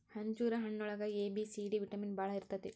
ಅಂಜೂರ ಹಣ್ಣಿನೊಳಗ A, B, C, D vitamin ಬಾಳ ಇರ್ತೈತಿ